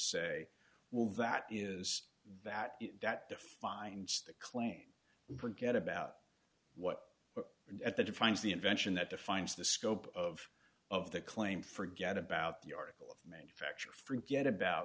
say well that is that that defines the claim would get about what but at the defines the invention that defines the scope of of the claim forget about the article of manufacture forget about